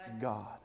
God